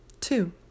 Two